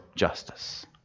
justice